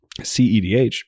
cedh